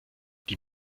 die